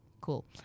cool